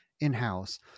in-house